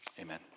Amen